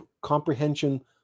comprehension